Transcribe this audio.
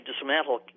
dismantle